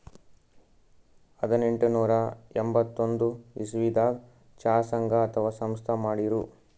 ಹದನೆಂಟನೂರಾ ಎಂಬತ್ತೊಂದ್ ಇಸವಿದಾಗ್ ಚಾ ಸಂಘ ಅಥವಾ ಸಂಸ್ಥಾ ಮಾಡಿರು